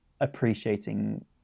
appreciating